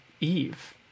Eve